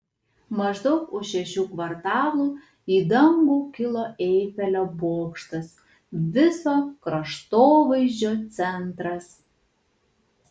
maždaug už šešių kvartalų į dangų kilo eifelio bokštas viso kraštovaizdžio centras